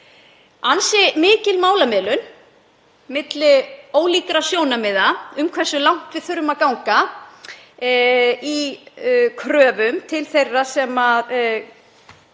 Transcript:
ansi mikil málamiðlun milli ólíkra sjónarmiða um hversu langt við þurfum að ganga í kröfum til þeirra sem